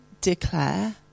declare